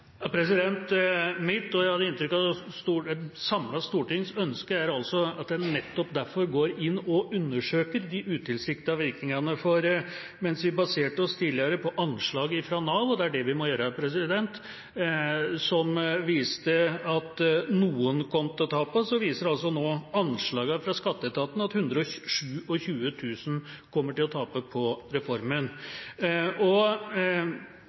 Jeg har inntrykk av at mitt og et samlet stortings ønske er at en nettopp derfor går inn og undersøker de utilsiktede virkningene. Mens vi tidligere baserte oss på anslag fra Nav – og det er det vi må gjøre – som viste at noen kom til å tape, viser nå anslagene fra skatteetaten at 127 000 kommer til å tape på reformen.